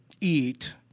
eat